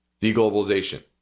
deglobalization